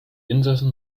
insassen